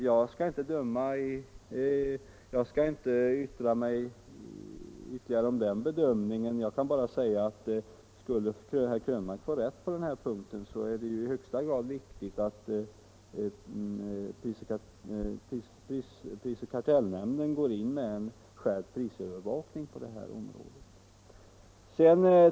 Jag skall inte yttra mig om den bedömningen, jag kan bara säga att om herr Krönmark skulle få rätt på den här punkten är det i högsta grad viktigt att prisoch kartellnämnden går in med en skärpt prisövervakning på det här området.